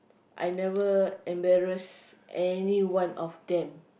I never embarass any one of them